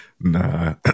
Nah